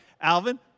Alvin